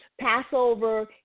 Passover